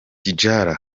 tidjara